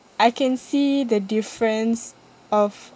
I can see the difference of